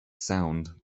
sound